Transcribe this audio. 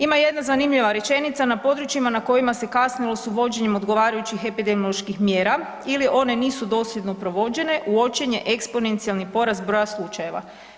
Ima jedna zanimljiva rečenica, na područjima na kojima se kasnilo sa uvođenjem odgovarajućih epidemioloških mjera ili one nisu dosljedno provođene uočen je eksponencijalni porast broja slučajeva.